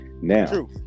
now